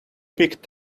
picked